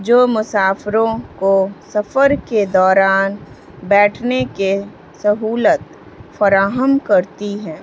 جو مسافروں کو سفر کے دوران بیٹھنے کے سہولت فراہم کرتی ہیں